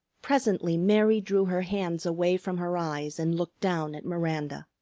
presently mary drew her hands away from her eyes and looked down at miranda.